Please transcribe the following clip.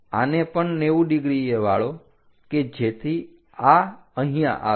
આને પણ 90 ડિગ્રીએ વાળો કે જેથી આ અહીંયા આવે